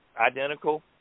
identical